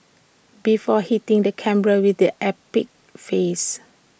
before hitting the camera with this epic face